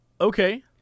Okay